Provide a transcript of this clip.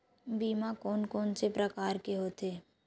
बीमा कोन कोन से प्रकार के होथे?